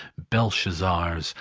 belshazzars,